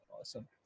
awesome